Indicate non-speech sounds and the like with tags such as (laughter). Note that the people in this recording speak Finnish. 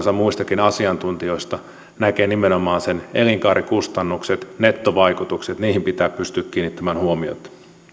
(unintelligible) osa muistakin asiantuntijoista näkee nimenomaan ne elinkaarikustannukset nettovaikutukset niihin pitää pystyä kiinnittämään huomiota